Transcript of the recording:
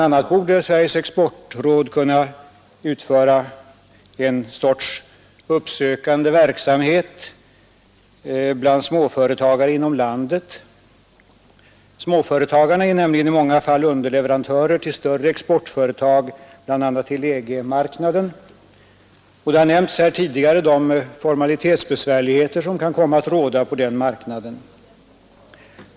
a. borde Sveriges exportråd kunna utföra en sorts uppsökande verksamhet bland småföretagare i landet. Småföretagarna är nämligen i många fall underleverantörer till större exportföretag, bl.a. på EG-marknaden. De besvärligheter med formaliteter som kan komma att råda på den marknaden har redan nämnts.